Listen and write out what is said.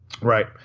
Right